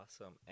awesome